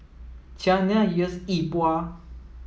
Qiana yes Yi Bua